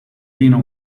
vino